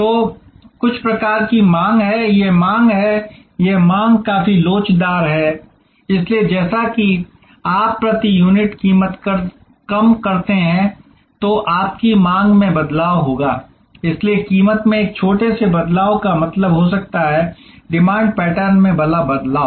तो कुछ प्रकार की मांग है यह मांग है यह मांग काफी लोचदार है इसलिए जैसा कि आप प्रति यूनिट कीमत कम करते हैं तो आपकी मांग में बदलाव होगा इसलिए कीमत में एक छोटे से बदलाव का मतलब हो सकता है डिमांड पैटर्न में बड़ा बदलाव